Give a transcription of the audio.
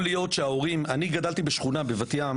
אני גדלתי בשכונה בבת ים